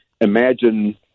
imagine